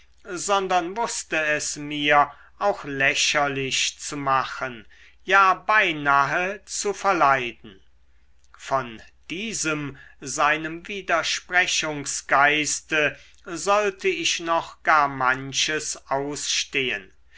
sondern wußte es mir auch lächerlich zu machen ja beinahe zu verleiden von diesem seinem widersprechungsgeiste sollte ich noch gar manches ausstehen